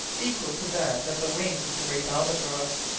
equal to that of the wings of the great albatross.